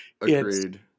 Agreed